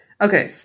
Okay